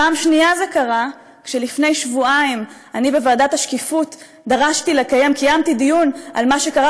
פעם שנייה זה קרה כשלפני שבועיים קיימתי בוועדת השקיפות דיון על מה שקרה